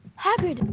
hagrid,